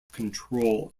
control